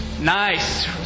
Nice